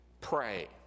pray